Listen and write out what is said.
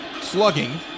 slugging